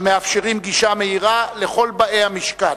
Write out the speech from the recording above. המאפשרים גישה מהירה לכל באי המשכן.